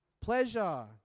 pleasure